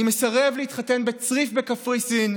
אני מסרב להתחתן בצריף בקפריסין,